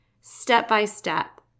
step-by-step